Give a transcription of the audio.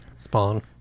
spawn